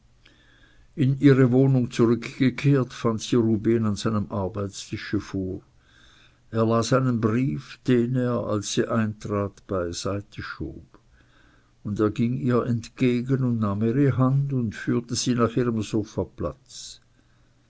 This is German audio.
in ihre wohnung zurückgekehrt fand sie rubehn an seinem arbeitstische vor er las einen brief den er als sie eintrat beiseite schob und er ging ihr entgegen und nahm ihre hand und führte sie nach ihrem sofaplatz